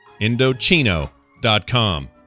Indochino.com